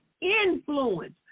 influence